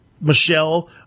Michelle